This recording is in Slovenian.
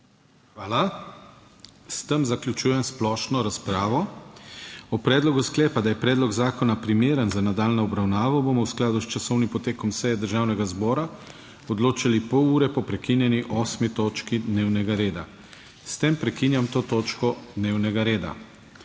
Hvala. S tem zaključujem splošno razpravo. O predlogu sklepa, da je predlog zakona primeren za nadaljnjo obravnavo bomo v skladu s časovnim potekom seje Državnega zbora odločali pol ure po prekinjeni 8. točki dnevnega reda. S tem prekinjam to točko dnevnega reda.